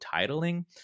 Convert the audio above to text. titling